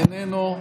איננו,